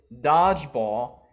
dodgeball